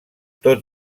tot